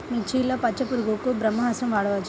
మిర్చిలో పచ్చ పురుగునకు బ్రహ్మాస్త్రం వాడవచ్చా?